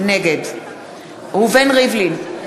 נגד ראובן ריבלין,